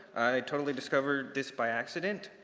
totally discovered this by accident.